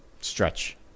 stretch